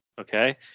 okay